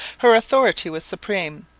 her authority was supreme,